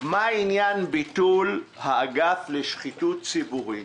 מה עניין ביטול האגף לשחיתות ציבורית,